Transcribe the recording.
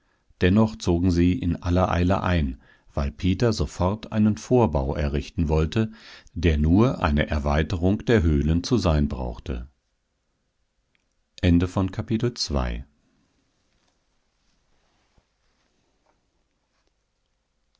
dennoch zogen sie in aller eile ein weil peter sofort einen vorbau errichten wollte der nur eine erweiterung der höhlen zu sein brauchte